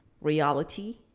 reality